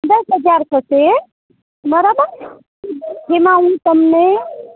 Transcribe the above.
દસ હજાર થશે બરાબર જેમાં હું તમને